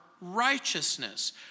righteousness